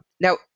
Now